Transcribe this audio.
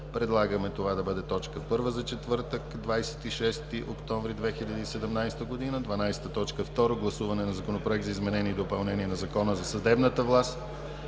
Предлагаме това да бъде точка първа за четвъртък, 26 октомври 2017 г. 12. Второ гласуване на Законопроекта за изменение и допълнение на Закона за съдебната власт.